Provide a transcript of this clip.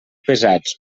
pesats